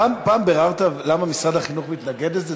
פעם ביררת למה משרד החינוך מתנגד לזה?